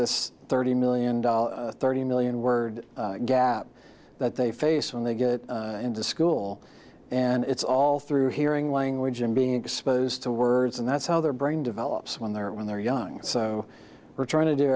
this thirty million dollars thirty million word gap that they face when they get into school and it's all through hearing language and being exposed to words and that's how their brain develops when they're when they're young so we're trying to do